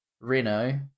Renault